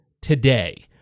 today